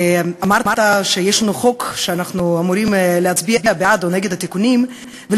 ואמרת שיש לנו חוק שאנחנו אמורים להצביע בעד או נגד התיקונים שלו.